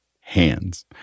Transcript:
hands